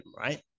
right